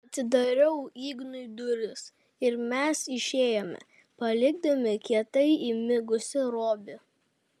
atidariau ignui duris ir mes išėjome palikdami kietai įmigusį robį